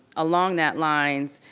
along that lines.